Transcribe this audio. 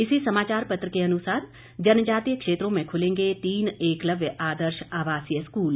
इसी समाचार पत्र के अनुसार जनजातीय क्षेत्रों में खुलेंगे तीन एकलव्य आदर्श आवासीय स्कूल